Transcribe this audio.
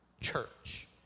church